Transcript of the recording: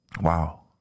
Wow